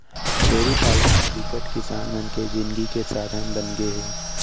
छेरी पालन ह बिकट किसान मन के जिनगी के साधन बनगे हे